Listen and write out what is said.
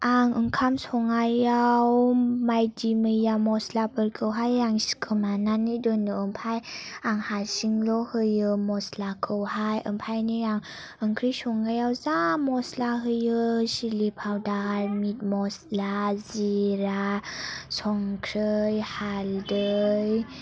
आं ओंखाम संनायाव बायदि मैया मस्लाफोरखौहाय आं सिखुमानानै दोनो ओमफ्राय आं हारसिङैल' होयो मस्लाखौहाय ओमफ्राय आं ओंख्रि संनायाव जा मस्ला होयो सिलि पाउदार मिट मस्ला जिरा संख्रि हालदै